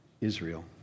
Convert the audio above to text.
Israel